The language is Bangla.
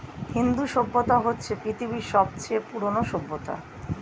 হিন্দু সভ্যতা হচ্ছে পৃথিবীর সবচেয়ে পুরোনো সভ্যতা